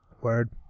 Word